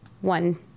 one